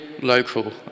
local